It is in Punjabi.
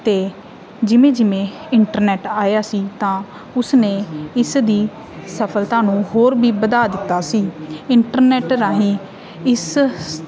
ਅਤੇ ਜਿਵੇਂ ਜਿਵੇਂ ਇੰਟਰਨੈਟ ਆਇਆ ਸੀ ਤਾਂ ਉਸਨੇ ਇਸ ਦੀ ਸਫਲਤਾ ਨੂੰ ਹੋਰ ਵੀ ਵਧਾ ਦਿੱਤਾ ਸੀ ਇੰਟਰਨੈਟ ਰਾਹੀਂ ਇਸ